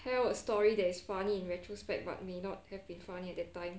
tell a story that is funny in retrospect but may not have been funny at that time